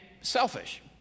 selfish